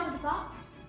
the box?